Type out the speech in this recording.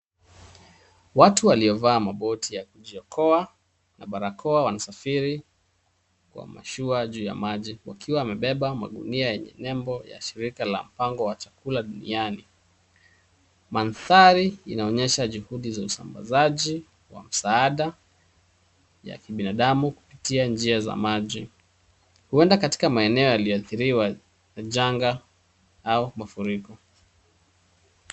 Watu waliovaa maboti ya kujiokoa na barakoa wanasafiri kwa mashua juu ya maji wakiwa wamebeba magunia yenye nembo ya shirika ya mpango ya chakula duniani. Mandhari inaonyesha juhudi za usambazaji wa msaada ya kibinadamu kupitia njia za maji. Huenda katika maeneo yaliyoathiriwa na janga au mafuriko.